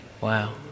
Wow